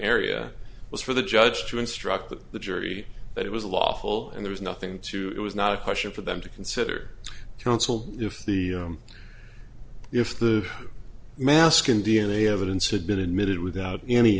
area was for the judge to instruct the jury that it was lawful and there was nothing to it was not a question for them to consider counsel if the if the mascon d n a evidence had been admitted without any